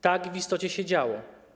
Tak w istocie się działo.